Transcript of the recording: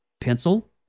pencil